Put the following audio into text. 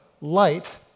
Light